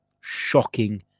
Shocking